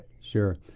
Sure